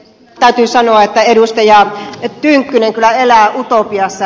täytyy sanoa että edustaja tynkkynen kyllä elää utopiassa